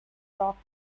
rock